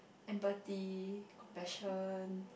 empathy compassion